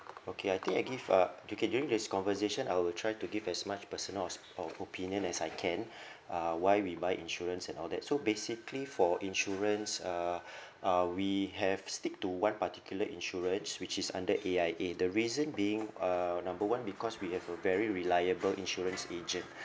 okay I think I give uh okay during this conversation I will try to give as much personal os~ o opinion as I can uh why we buy insurance and all that so basically for insurance uh uh we have stick to one particular insurers which is under A_I_A the reason being uh number one we because we have a very reliable insurance agent